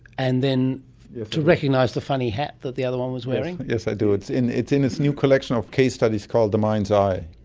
and then to recognise the funny hat that the other one was wearing. yes, i do, it's in it's in this new collection of case studies called the mind's eye.